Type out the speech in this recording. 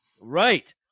right